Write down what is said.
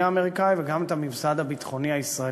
האמריקני וגם את הממסד הביטחוני הישראלי.